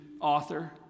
author